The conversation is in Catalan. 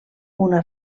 una